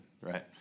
Right